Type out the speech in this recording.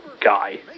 guy